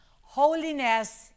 Holiness